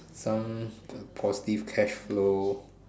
some positive cashflow